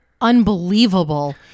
Unbelievable